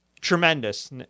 Tremendous